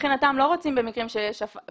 אם מבחינתם לא רוצים במקרים שיש הפרה.